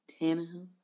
Tannehill